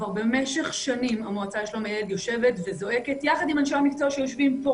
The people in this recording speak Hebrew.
במשך שנים המועצה לשלום הילד זועקת יחד עם אנשי המקצוע שיושבים פה